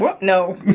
No